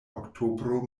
oktobro